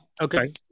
okay